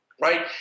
right